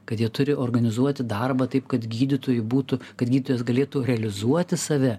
kad jie turi organizuoti darbą taip kad gydytojui būtų kad gydytojas galėtų realizuoti save